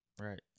right